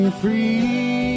free